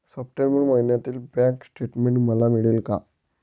September महिन्यातील bank statement मला मिळेल का?